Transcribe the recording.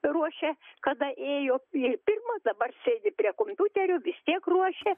ruošia kada ėjo į pirmą dabar sėdi prie kompiuterio vis tiek ruošia